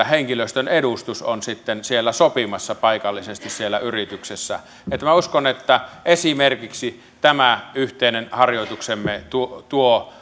henkilöstön edustus on sitten sopimassa paikallisesti siellä yrityksessä minä uskon että esimerkiksi tämä yhteinen harjoituksemme tuo tuo